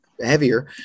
heavier